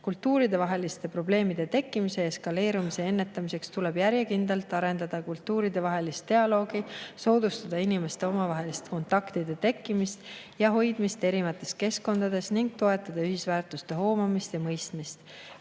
Kultuuridevaheliste probleemide tekkimise eskaleerumise ennetamiseks tuleb järjekindlalt arendada kultuuridevahelist dialoogi, soodustada inimeste omavaheliste kontaktide tekkimist ja hoidmist erinevates keskkondades ning toetada ühisväärtuste hoomamist ja mõistmist.